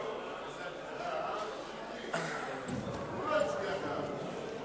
חופשת לידה לגבר), התשס"ט 2009, נתקבלה.